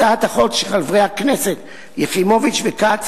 הצעת החוק של חברי הכנסת יחימוביץ וכץ,